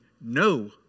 no